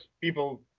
people